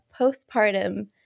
postpartum